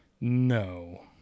No